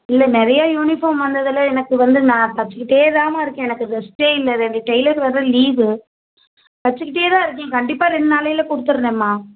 இல்லை நிறையா யூனிஃபார்ம் வந்ததில் எனக்கு வந்து நான் தச்சிக்கிட்டே தான்மா இருக்கேன் எனக்கு ரெஸ்ட்டே இல்லை ரெண்டு டெய்லர் வேற லீவு தச்சிக்கிட்டே தான் இருக்கேன் கண்டிப்பாக ரெண்டு நாளையில கொடுத்துர்றேன்ம்மா